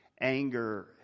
Anger